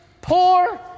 poor